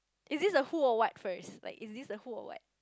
is this a who or what first like is this a who or what